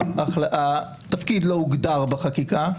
התפקיד לא הוגדר בחקיקה,